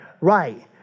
right